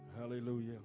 Hallelujah